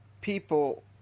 people